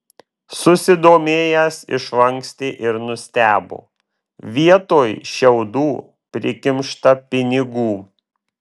susidomėjęs išlankstė ir nustebo vietoj šiaudų prikimšta pinigų